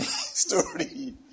story